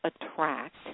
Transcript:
attract